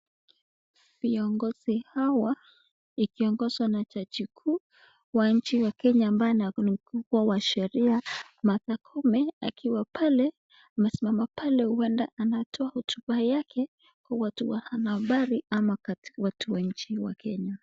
Viongozi hawa ikiongozwa na jaji kuu wa nchi ya Kenya ambaye ni mkubwa wa sheria Martha Koome akiwa pale, amesimama pale huenda anatoa hotuba yake kwa watu wanahabari ama watu wananchi wa Kenya.